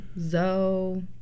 Zoe